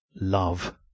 love